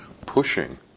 pushing